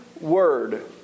word